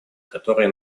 которые